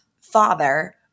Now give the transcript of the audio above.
father